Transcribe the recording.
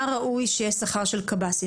מה ראוי שיהיה השכר של קב"סים?